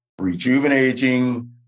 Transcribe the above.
rejuvenating